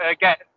get